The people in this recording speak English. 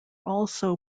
also